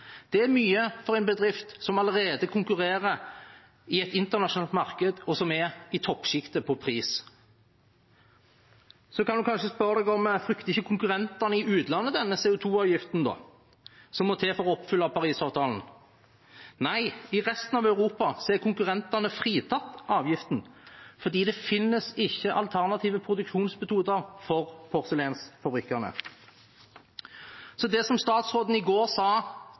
Det er mye for en bedrift som allerede konkurrerer i et internasjonalt marked, og som er i toppsjiktet på pris. Man kan kanskje spørre om ikke konkurrentene i utlandet frykter denne CO 2 -avgiften som må til for å oppfylle Parisavtalen. Nei, i resten av Europa er konkurrentene fritatt avgiften fordi det ikke finnes alternative produksjonsmetoder for porselensfabrikkene. Det statsråden i går sa